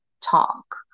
talk